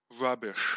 rubbish